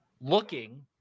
looking